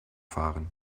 fahren